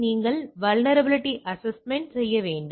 நீங்கள் vulnerabilities assessment செய்ய வேண்டும்